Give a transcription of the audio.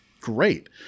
great